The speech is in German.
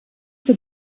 zur